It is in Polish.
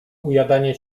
ujadanie